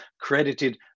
credited